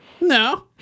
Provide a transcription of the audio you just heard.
No